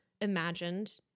imagined